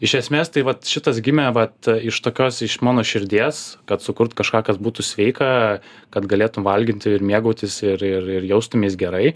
iš esmės tai vat šitas gimė vat iš tokios iš mano širdies kad sukurt kažką kas būtų sveika kad galėtum valginti ir mėgautis ir ir ir jaustumeis gerai